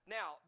Now